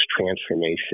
transformation